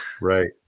right